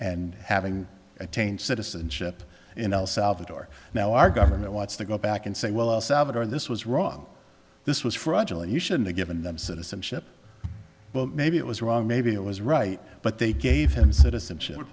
and having attained citizenship in el salvador now our government wants to go back and say well salvador this was wrong this was fraudulent you shouldn't a given them citizenship well maybe it was wrong maybe it was right but they gave him citizenship